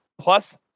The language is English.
plus